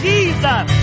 Jesus